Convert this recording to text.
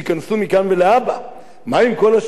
ומה עם כל ה-60,000 שנמצאים כבר היום?